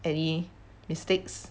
any mistakes